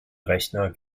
rechner